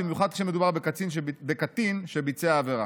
במיוחד כשמדובר בקטין שביצע עבירה.